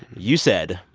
you said,